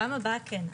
לפעם הבאה כן.